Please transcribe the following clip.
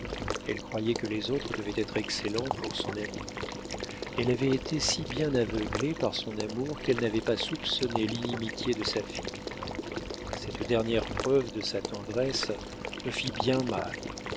elle croyait que les autres devaient être excellents pour son ami elle avait été si bien aveuglée par son amour qu'elle n'avait pas soupçonné l'inimitié de sa fille cette dernière preuve de sa tendresse me fit bien mal